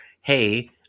hey